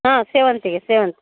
ಹಾಂ ಸೇವಂತಿಗೆ ಸೇವಂತಿ